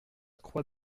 croix